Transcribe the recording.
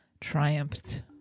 triumphed